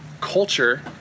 culture